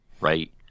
right